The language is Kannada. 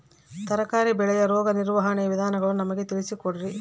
ತರಕಾರಿ ಬೆಳೆಯ ರೋಗ ನಿರ್ವಹಣೆಯ ವಿಧಾನಗಳನ್ನು ನಮಗೆ ತಿಳಿಸಿ ಕೊಡ್ರಿ?